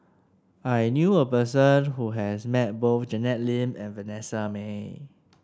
I knew a person who has met both Janet Lim and Vanessa Mae